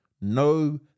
no